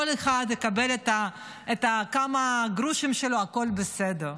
כל אחד יקבל את הכמה גרושים שלו והכול בסדר.